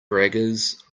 braggers